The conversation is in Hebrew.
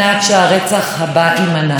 וילדים נשארים יתומים,